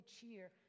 cheer